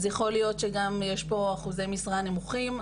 אז יכול להיות שגם יש פה אחוזי משרה נמוכים,